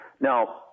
Now